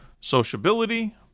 sociability